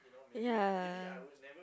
ya